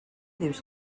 dius